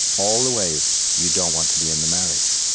all the ways you don't want to be in the marriage,